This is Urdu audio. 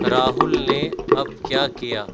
راہُل نے اب کیا کیا